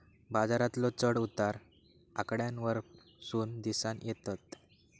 बाजारातलो चढ उतार आकड्यांवरसून दिसानं येतत